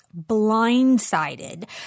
blindsided